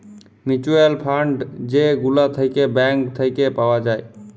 mutual fund যে গুলা থাক্যে ব্যাঙ্ক থাক্যে পাওয়া যায়